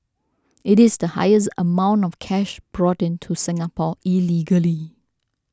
it is the highest amount of cash brought into Singapore illegally